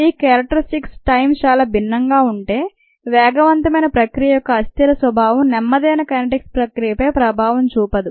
ఈ characteristic times చాలా భిన్నంగా ఉంటే వేగవంతమైన ప్రక్రియ యొక్క అస్థిర స్వభావం నెమ్మదైన కైనెటిక్స్ ప్రక్రియపై ప్రభావం చూపదు